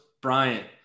Bryant